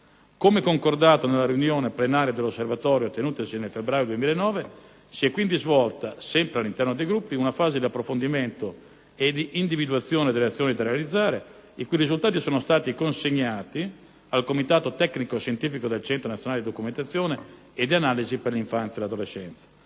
Come concordato nella riunione plenaria dell'Osservatorio tenutasi nel febbraio 2009, si è quindi svolta, sempre all'interno dei gruppi, una fase di approfondimento e di individuazione delle azioni da realizzare, i cui risultati sono stati consegnati al comitato tecnico-scientifico del Centro nazionale di documentazione e di analisi per l'infanzia e l'adolescenza.